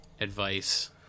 advice